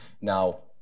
Now